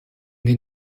den